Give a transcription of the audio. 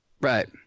right